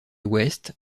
ouest